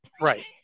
Right